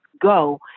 go